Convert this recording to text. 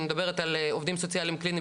אני מדברת על עובדים סוציאליים קליניים